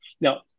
Now